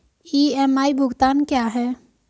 EMI भुगतान क्या है?